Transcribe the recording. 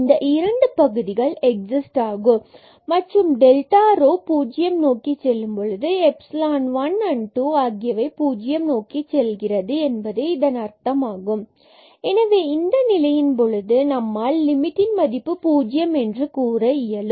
இந்த இரண்டு பகுதிகள் எக்ஸிஸ்ட் ஆகும் மற்றும் டெல்டா ரோ பூஜ்ஜியம் நோக்கி செல்லும் பொழுது எப்ஸிலோன் 1 and 2 ஆகியவை பூஜ்ஜியம் நோக்கி செல்கிறது என்பது இதன் அர்த்தமாகும் Notethatx≤1x≤1and12tendtozeroasΔρ→0 எனவே இந்த நிலையின் பொழுது நம்மால் லிமிட் இன் மதிப்பு பூஜ்யம் என்று கூற இயலும்